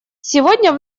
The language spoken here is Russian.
сегодня